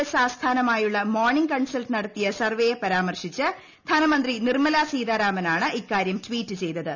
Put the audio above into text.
S ആസ്ഥാനമായുള്ള morning consult നടത്തിയ സർവേയെ പരാമർശിച്ച് ധനമന്ത്രി നിർമ്മല സീതാരാമനാണ് ഇക്കാര്യം ട്വീറ്റ് ചെയ്തത്